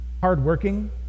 hardworking